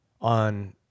on